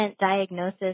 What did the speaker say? diagnosis